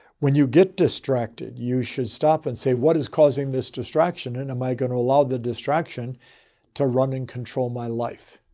when you get distracted, you should stop and say, what is causing this distraction and am i going to allow the distraction to run and control my life?